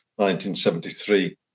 1973